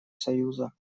союза